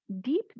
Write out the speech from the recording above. Deep